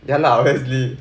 yeah lah obviously